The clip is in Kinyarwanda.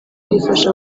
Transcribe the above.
rifasha